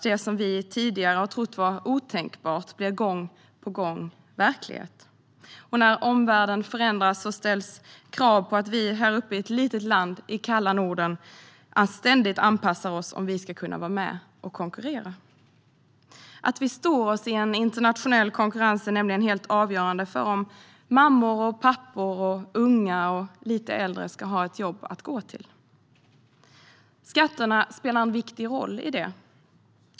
Det som vi tidigare har trott var otänkbart blir gång på gång verklighet. När omvärlden förändras ställs krav på att vi här uppe i ett litet land i kalla Norden ständigt anpassar oss om vi ska kunna vara med och konkurrera. Att vi står oss i en internationell konkurrens är nämligen helt avgörande för om mammor och pappor och unga och lite äldre ska ha ett jobb att gå till. Skatterna spelar en viktig roll i detta sammanhang.